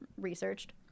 researched